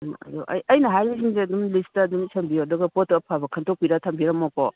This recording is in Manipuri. ꯑꯩꯅ ꯍꯥꯏꯔꯤꯁꯤꯡꯁꯦ ꯑꯗꯨꯝ ꯂꯤꯁꯇ ꯑꯗꯨꯝ ꯏꯁꯟꯕꯤꯌꯨ ꯑꯗꯨꯒ ꯄꯣꯠꯇꯣ ꯑꯐꯕ ꯈꯟꯇꯣꯛꯄꯤꯔ ꯊꯝꯕꯤꯔꯝꯃꯣꯀꯣ